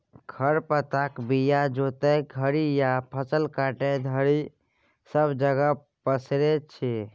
खर पातक बीया जोतय घरी या फसल काटय घरी सब जगह पसरै छी